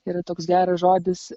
yra toks geras žodis